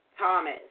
Thomas